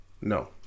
No